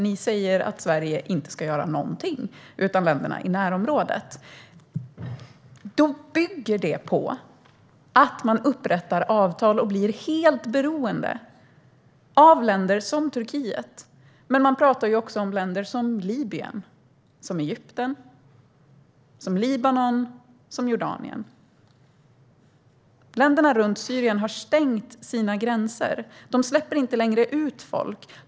Ni säger att Sverige inte ska göra någonting, utan det ska länderna i närområdet göra. Det bygger på att man upprättar avtal och blir helt beroende av länder som Turkiet, men man pratar också om länder som Libyen, Egypten, Libanon och Jordanien. Länderna runt Syrien har stängt sina gränser. De släpper inte längre ut folk.